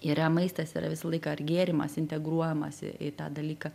yra maistas yra visą laiką ar gėrimas integruojamas į į tą dalyką